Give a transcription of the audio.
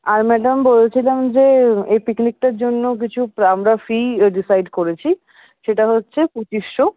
আর madam বলছিলাম যে এই পিকনিকটার জন্য কিছু আমরা ফি ডিসাইড করেছি সেটা হচ্ছে পঁচিশশো